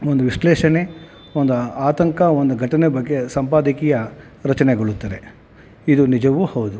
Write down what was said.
ಒಂದು ವಿಶ್ಲೇಷಣೆ ಒಂದು ಆತಂಕ ಒಂದು ಘಟನೆ ಬಗ್ಗೆ ಸಂಪಾದಕೀಯ ರಚನೆಗೊಳ್ಳುತ್ತದೆ ಇದು ನಿಜವೂ ಹೌದು